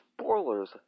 spoilers